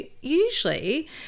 usually